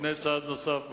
לפני צעד נוסף בעניין.